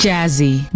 Jazzy